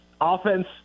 Offense